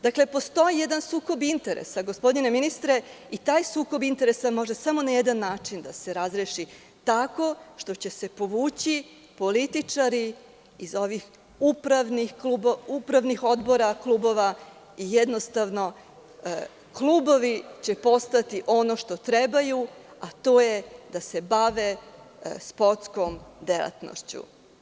Dakle, postoji jedan sukob interesa, gospodine ministre, i taj sukob interesa može samo na jedan način da se razreši tako što će se povući političari iz onih upravnih odbora i jednostavno klubovi će postati ono što trebaju, a to je da se bave sportskom delatnošću.